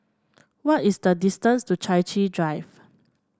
what is the distance to Chai Chee Drive